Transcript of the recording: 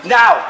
now